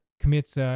commits